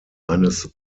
eines